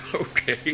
Okay